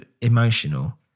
emotional